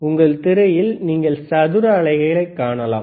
உங்கள் திரையில் நீங்கள் சதுர அலைகளைக் காணலாம்